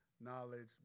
Knowledge